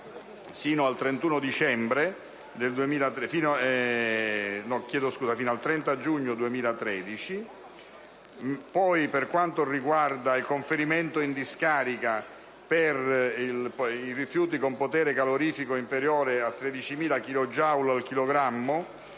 fino al 30 giugno 2013. Anche il termine per il conferimento in discarica dei rifiuti con potere calorifico inferiore a 13.000 kJ/kg